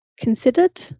considered